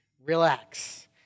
Relax